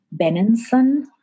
Benenson